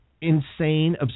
insane